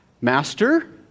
Master